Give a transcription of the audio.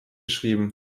geschrieben